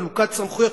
חלוקת סמכויות,